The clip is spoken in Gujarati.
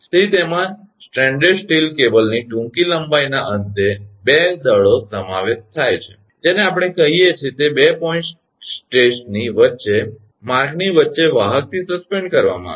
તેથી તેમાં સ્ટ્રેન્ડેડ સ્ટીલ કેબલની ટૂંકી લંબાઈના અંતે 2 દળોનો સમાવેશ થાય છે જેને આપણે કહીએ છીએ તે 2 પોઇન્ટ સેટ્સની વચ્ચેના માર્ગની વચ્ચે વાહકથી સસ્પેન્ડ કરવામાં આવે છે